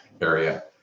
area